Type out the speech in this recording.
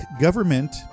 government